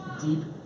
deep